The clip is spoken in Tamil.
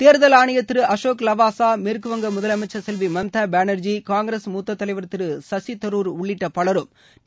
தேர்தல் ஆணையர் திரு அசோக் லவாசா மேற்குவங்க முதலமைச்சர் செல்வி மம்தா பானர்ஜி காங்கிரஸ் மூத்த தலைவர் திரு கசிதரூர் உள்ளிட்ட பலரும் டி